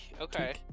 Okay